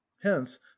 hence